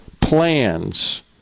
plans